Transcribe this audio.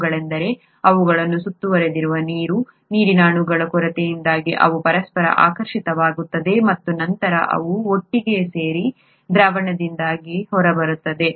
ಅವುಗಳೆಂದರೆ ಅವುಗಳನ್ನು ಸುತ್ತುವರೆದಿರುವ ನೀರಿನ ಅಣುಗಳ ಕೊರತೆಯಿಂದಾಗಿ ಅವು ಪರಸ್ಪರ ಆಕರ್ಷಿತವಾಗುತ್ತವೆ ಮತ್ತು ನಂತರ ಅವು ಒಟ್ಟಿಗೆ ಸೇರಿ ದ್ರಾವಣದಿಂದ ಹೊರಬರುತ್ತವೆ